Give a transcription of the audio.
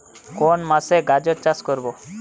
কোন মাসে গাজর চাষ করব?